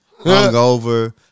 hungover